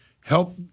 help